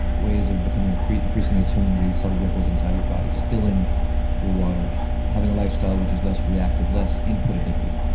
ways of becoming and increasingly attuned to these subtle ripples inside your body, stilling your waters, having a lifestyle which is less reactive, less input-addicted.